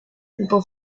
people